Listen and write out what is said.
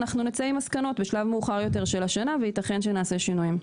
אנחנו נצא עם מסקנות בשלב מאוחר יותר של השנה וייתכן שנעשה שינויים.